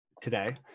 today